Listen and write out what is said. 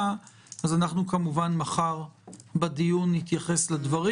אז אנחנו כמובן מחר בדיון נתייחס לדברים.